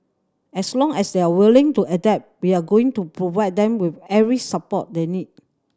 as long as they are willing to adapt we are going to provide them with every support they need